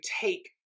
take